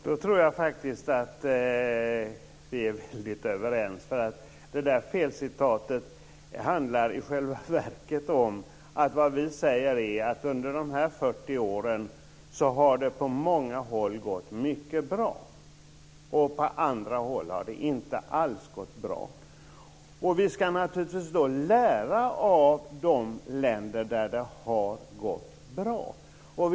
Herr talman! Då tror jag faktiskt att vi är väldigt överens. Det där felcitatet handlar i själva verket om att vi säger att det under de här 40 åren på många håll har gått mycket bra, och på andra håll har det inte alls gått bra. Vi ska naturligtvis lära av de länder där det har gått bra.